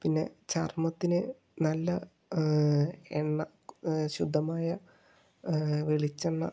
പിന്നെ ചർമ്മത്തിന് നല്ല എണ്ണ ശുദ്ധമായ വെളിച്ചെണ്ണ